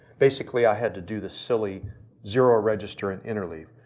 basically i had to do this silly zero register and interleave.